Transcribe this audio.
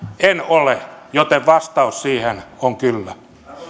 en ole joten vastaus siihen on kyllä